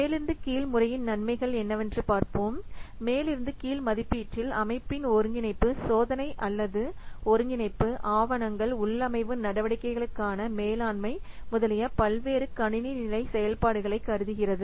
மேலிருந்து கீழ் முறையின் நன்மைகள் என்னவென்று பார்ப்போம் மேலிருந்து கீழ் மதிப்பீட்டில் அமைப்பின் ஒருங்கிணைப்பு சோதனை அல்லது ஒருங்கிணைப்பு ஆவணங்கள் உள்ளமைவு நடவடிக்கைகளுக்கான மேலாண்மை முதலிய பல்வேறு கணினி நிலை செயல்பாடுகளை கருதுகிறது